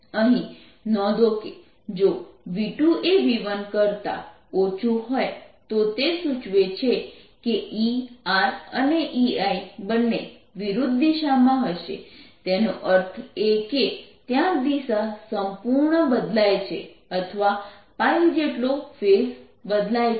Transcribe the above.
અહીં નોંધો કે જો v2 એ v1 કરતા ઓછું હોય તો તે સૂચવે છે કે ER અને EI બંને વિરુદ્ધ દિશાના હશે તેનો અર્થ એ કે ત્યાં દિશા સંપૂર્ણ બદલાય છે અથવા જેટલો ફેઝ બદલાય છે